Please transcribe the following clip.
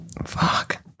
Fuck